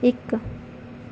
ਇੱਕ